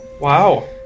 wow